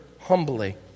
humbly